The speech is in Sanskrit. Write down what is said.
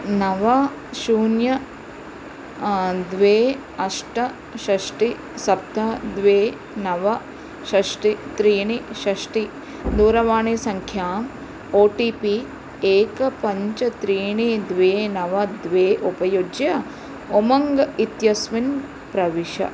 नव शून्य द्वे अष्ट षष्टि सप्त द्वे नव षष्टि त्रीणि षष्टि दूरवाणीसङ्ख्याम् ओ टि पि एक पञ्च त्रीणि द्वे नव द्वे उपयुज्य उमङ्ग् इत्यस्मिन् प्रविश